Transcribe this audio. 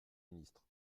ministre